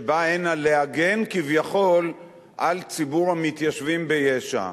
שבא הנה להגן כביכול על ציבור המתיישבים ביש"ע,